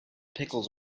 pickles